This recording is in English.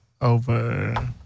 over